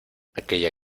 aquella